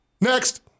Next